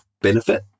benefit